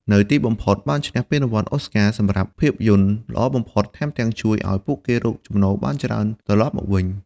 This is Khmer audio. នៅទីបំផុតបានឈ្នះពានរង្វាន់ អូរស្ការ សម្រាប់ភាពយន្តល្អបំផុត ថែមទាំងជួយឲ្យពួកគេរកចំណូលបានច្រើនត្រឡប់មកវិញ។